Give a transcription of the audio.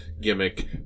gimmick